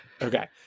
Okay